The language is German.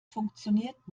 funktioniert